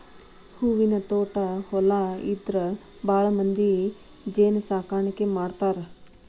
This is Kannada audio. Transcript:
ಹೂವಿನ ತ್ವಾಟಾ ಹೊಲಾ ಇದ್ದಾರ ಭಾಳಮಂದಿ ಜೇನ ಸಾಕಾಣಿಕೆ ಮಾಡ್ತಾರ